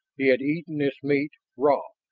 he had eaten its meat, raw.